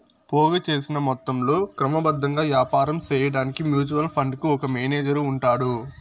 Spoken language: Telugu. పోగు సేసిన మొత్తంలో క్రమబద్ధంగా యాపారం సేయడాన్కి మ్యూచువల్ ఫండుకు ఒక మేనేజరు ఉంటాడు